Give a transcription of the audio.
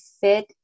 fit